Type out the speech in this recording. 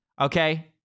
Okay